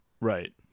right